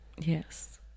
Yes